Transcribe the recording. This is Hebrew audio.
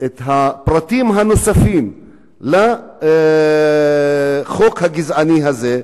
את הפרטים הנוספים לחוק הגזעני הזה,